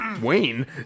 Wayne